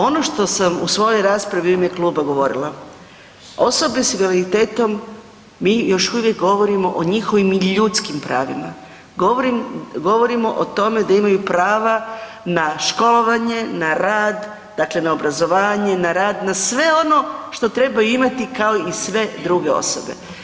Ono što sam u svojoj raspravi u ime kluba govorila, osobe s invaliditetom mi još uvijek govorimo o njihovim ljudskim pravima, govorimo o tome da imaju prava na školovanje, na rad, dakle na obrazovanje, na rad, na sve ono što trebaju imati kao i sve druge osobe.